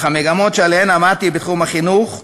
אך המגמות שעליהן עמדתי בתחום החינוך,